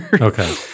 Okay